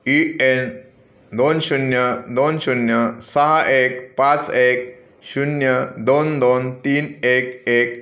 E N दोन शून्य दोन शून्य सहा एक पाच एक शून्य दोन दोन तीन एक एक